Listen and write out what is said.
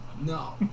No